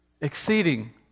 exceeding